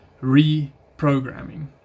reprogramming